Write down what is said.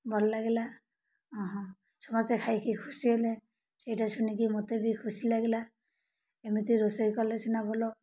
ଭଲ ଲାଗିଲା ଅ ହଁ ସମସ୍ତେ ଖାଇକି ଖୁସି ହେଲେ ସେଇଟା ଶୁଣିକି ମୋତେ ବି ଖୁସି ଲାଗିଲା ଏମିତି ରୋଷେଇ କଲେ ସିନା ଭଲ